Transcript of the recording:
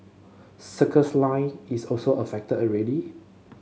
circles line is also affected already